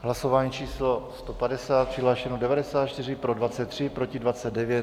Hlasování číslo 150, přihlášeno 94, pro 23, proti 29.